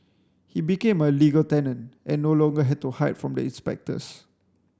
he became a legal tenant and no longer had to hide from the inspectors